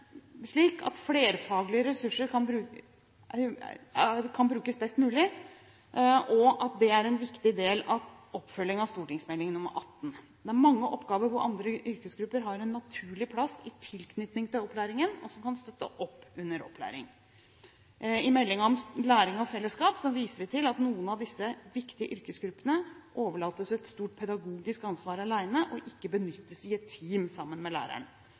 en viktig del av oppfølgingen av Meld. St. nr.18 for 2010–2011. Det er mange oppgaver hvor andre yrkesgrupper har en naturlig plass i tilknytning til opplæringen og kan støtte opp under opplæringen. I meldingen om læring og fellesskap viser vi til at noen av disse viktige yrkesgruppene overlates et stort pedagogisk ansvar alene og ikke benyttes i et team sammen med læreren.